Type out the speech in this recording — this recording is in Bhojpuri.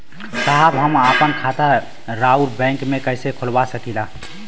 साहब हम आपन खाता राउर बैंक में कैसे खोलवा सकीला?